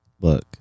Look